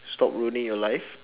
stop ruining your life